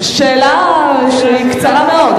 שאלה שהיא קצרה מאוד.